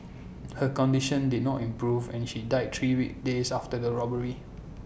her condition did not improve and she died three days after the robbery